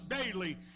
daily